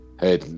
hey